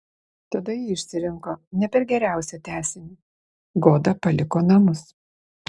tada ji išsirinko ne per geriausią tęsinį goda paliko namus